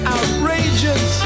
Outrageous